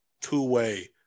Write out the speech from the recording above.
Two-way